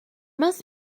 must